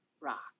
rock